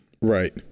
Right